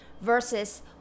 versus